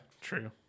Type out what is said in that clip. true